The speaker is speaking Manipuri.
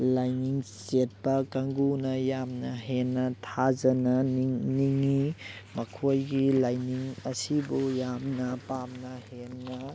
ꯂꯥꯏꯅꯤꯡ ꯆꯦꯠꯄ ꯀꯥꯡꯕꯨꯅ ꯌꯥꯝꯅ ꯍꯦꯟꯅ ꯊꯥꯖꯅ ꯅꯤꯡꯉꯤ ꯃꯈꯣꯏꯒꯤ ꯂꯥꯏꯅꯤꯡ ꯑꯁꯤꯕꯨ ꯌꯥꯝꯅ ꯄꯥꯝꯅ ꯍꯦꯟꯅ